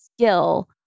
skill